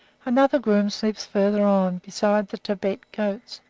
another groom sleeps farther on, beside the tibet goats,